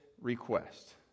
request